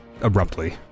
abruptly